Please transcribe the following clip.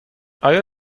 آیا